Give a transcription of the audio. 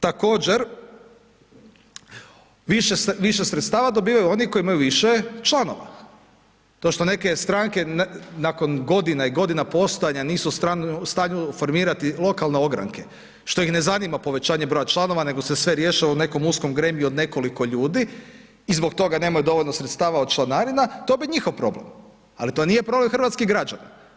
Također, više sredstava dobivaju oni koji imaju više članova, to što neke stranke nakon godina i godina postojanja nisu u stanju formirati lokalne ogranke, što ih ne zanima povećanje broja članova nego se sve rješava u nekom uskom …/nerazumljivo/… od nekoliko ljudi i zbog toga nemaju dovoljno sredstava od članarina to je njihov problem, ali to nije problem hrvatskih građana.